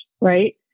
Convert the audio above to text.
right